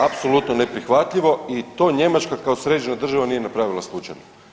Apsolutno neprihvatljivo i to Njemačka kao sređena država nije napravila slučajno.